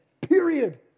Period